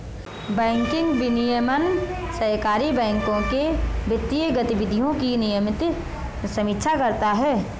banking विनियमन सहकारी बैंकों के वित्तीय गतिविधियों की नियमित समीक्षा करता है